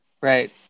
Right